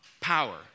power